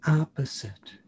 opposite